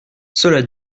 cela